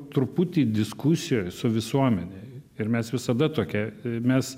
truputį diskusijoj su visuomene ir mes visada tokia mes